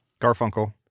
Garfunkel